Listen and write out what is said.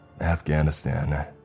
Afghanistan